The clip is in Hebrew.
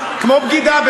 כמו בגידה,